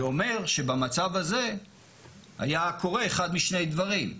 זה אומר שבמצב הזה היה קורה אחד משני דברים: